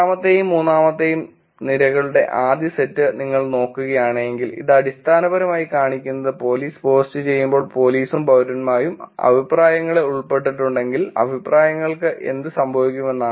രണ്ടാമത്തെയും മൂന്നാമത്തെയും നിരകളുടെ ആദ്യ സെറ്റ് നിങ്ങൾ നോക്കുകയാണെങ്കിൽ ഇത് അടിസ്ഥാനപരമായി കാണിക്കുന്നത് പോലീസ് പോസ്റ്റ് ചെയ്യുമ്പോൾ പോലീസും പൌരന്മാരും അഭി പ്രായങ്ങളിൽ ഉൾപ്പെട്ടിട്ടുണ്ടെങ്കിൽ അഭിപ്രായങ്ങൾക്ക് എന്ത് സംഭവിക്കുമെന്ന്